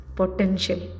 potential